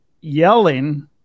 yelling